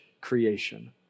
creation